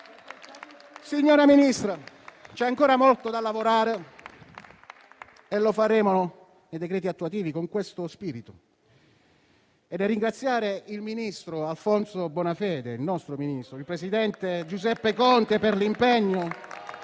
Signora Ministra, c'è ancora molto da lavorare e lo faremo nei decreti attuativi con questo spirito. Nel ringraziare il ministro Alfonso Bonafede, il nostro Ministro, e il presidente Giuseppe Conte *(Applausi.